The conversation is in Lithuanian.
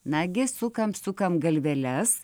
nagi sukam sukam galveles